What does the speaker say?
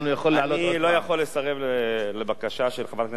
אני לא יכול לסרב לבקשה של חברת הכנסת עינת וילף,